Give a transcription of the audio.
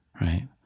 right